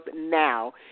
Now